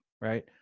right